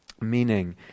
Meaning